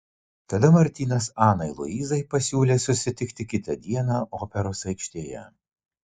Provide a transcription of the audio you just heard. tada martynas anai luizai pasiūlė susitikti kitą dieną operos aikštėje